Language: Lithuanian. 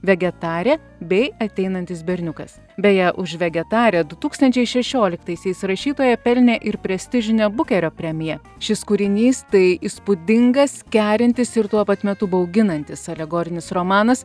vegetarė bei ateinantis berniukas beje už vegetarė du tūkstančiai šešioliktaisiais rašytoja pelnė ir prestižinę bukerio premiją šis kūrinys tai įspūdingas kerintis ir tuo pat metu bauginantis alegorinis romanas